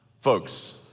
Folks